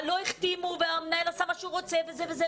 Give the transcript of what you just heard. לא החתימו, המנהל עשה מה שהוא רוצה וכו'.